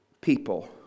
people